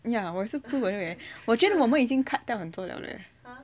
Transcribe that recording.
ya 我也是不 eh 我觉得我们已经 cut 掉很多了 leh